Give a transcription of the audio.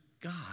God